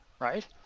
right